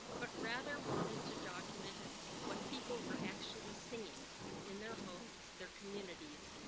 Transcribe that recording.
but rather wanted to document and what people were actually singing in their homes, their communities,